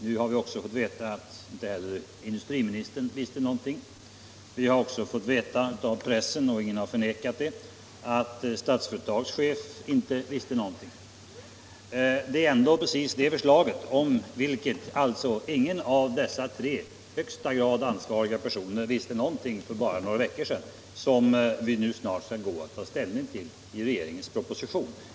Nu har vi också fått veta att inte heller industriministern visste någonting. Och inte Statsföretags chef. Det är det förslaget — om vilket alltså ingen av dessa tre i högsta grad ansvariga personer visste någonting för bara några veckor sedan — som vi nu snart skall ta ställning till.